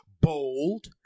bold